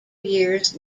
years